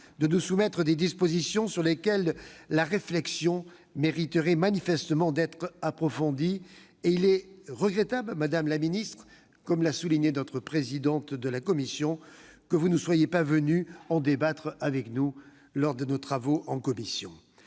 à nous soumettre des dispositions sur lesquelles la réflexion mériterait, manifestement, d'être approfondie. Il est regrettable à ce titre, madame la ministre, ainsi que l'a souligné la présidente Catherine Morin-Desailly, que vous ne soyez pas venue en débattre avec nous lors de nos travaux en commission.